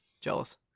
Jealous